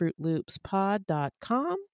fruitloopspod.com